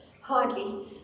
Hardly